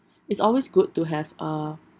it's always good to have a